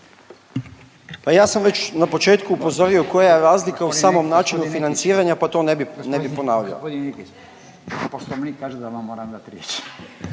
Pa ja sam već na početku upozorio koja je razlika u samom načinu financiranja, pa to ne bi, ne bi ponavljao.